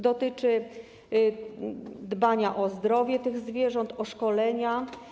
Dotyczy dbania o zdrowie tych zwierząt i szkolenia.